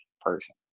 person